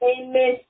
amen